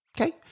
Okay